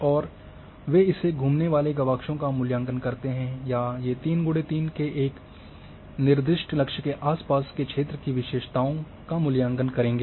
और वे इस घूमने वाले गवाक्षों का मूल्यांकन करते हैं या ये 3 X 3 के एक निर्दिष्ट लक्ष्य के आसपास के क्षेत्र की विशेषताओं का मूल्यांकन करेंगे